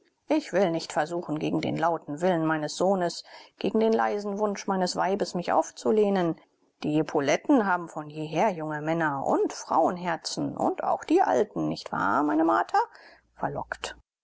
ich will nicht versuchen gegen den lauten willen meines sohnes gegen den leisen wunsch meines weibes mich aufzulehnen die epauletten haben von jeher junge männer und frauenherzen und auch die alten nicht wahr meine martha verlockt